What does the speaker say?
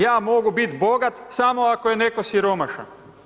Ja mogu biti bogat, samo ako je netko siromašan.